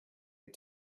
had